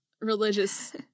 religious